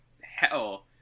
hell